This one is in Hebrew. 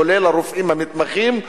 כולל הרופאים המתמחים,